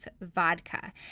vodka